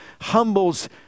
humbles